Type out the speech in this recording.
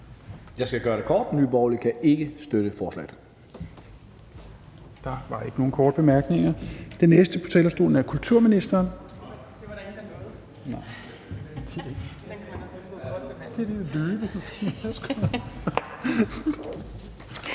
Jeg skal gøre det kort: Nye Borgerlige kan ikke støtte forslaget.